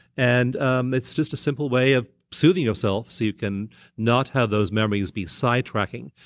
and and it's just a simple way of soothing yourself, so you can not have those memories be sidetracking,